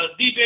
DJ